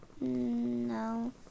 No